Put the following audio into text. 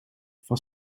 van